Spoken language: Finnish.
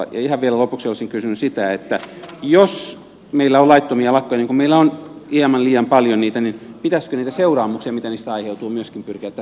ja ihan vielä lopuksi olisin kysynyt sitä että jos meillä on laittomia lakkoja niin kuin meillä on hieman liian paljon niitä niin pitäisikö niitä seuraamuksia mitä niistä aiheutuu myöskin pyrkiä tässä yhteydessä tarkastamaan